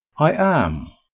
i am.